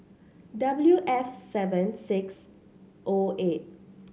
W F seven six O eight